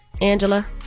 Angela